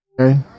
Okay